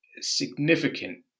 significant